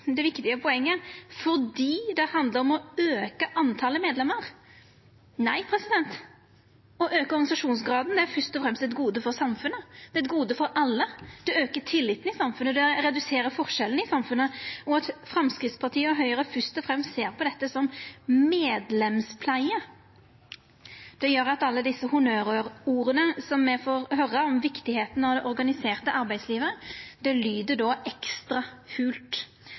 neste, viktige poenget – fordi det handlar om å auka medlemstalet. Nei, å auka organisasjonsgraden er fyrst og fremst eit gode for samfunnet. Det er eit gode for alle. Det aukar tilliten i samfunnet. Det reduserer forskjellane i samfunnet. At Framstegspartiet og Høgre fyrst og fremst ser på dette som medlemspleie, gjer at alle desse honnørorda som me får høyra, om kor viktig det organiserte arbeidslivet er, lyder ekstra